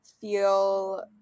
feel